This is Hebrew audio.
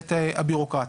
וההיבט הבירוקרטי.